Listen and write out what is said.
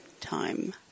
time